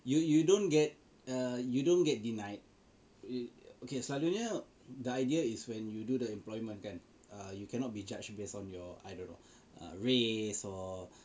you you don't get err you don't get denied err okay selalunya the idea is when you do the employment kan err you cannot be judged based on your I don't know err race or